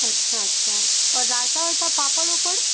अच्छा अच्छा और रायता वयता पापड़ उपड़